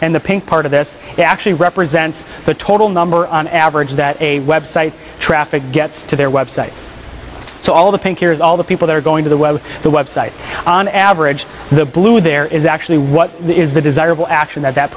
and the pink part of this actually represents the total number on average that a website traffic gets to their website so all the pink here is all the people that are going to the web the web site on average the blue there is actually what is the desirable action that that